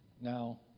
now